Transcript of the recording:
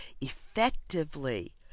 effectively